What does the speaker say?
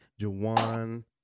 Jawan